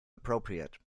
appropriate